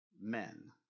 men